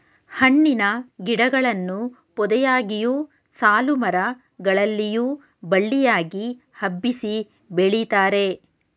ಹಣ್ಣಿನ ಗಿಡಗಳನ್ನು ಪೊದೆಯಾಗಿಯು, ಸಾಲುಮರ ಗಳಲ್ಲಿಯೂ ಬಳ್ಳಿಯಾಗಿ ಹಬ್ಬಿಸಿ ಬೆಳಿತಾರೆ